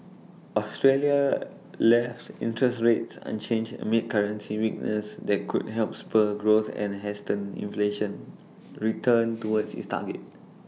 Australia left interest rates unchanged amid currency weakness that could help spur growth and hasten inflation's return towards its target